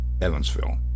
Evansville